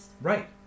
Right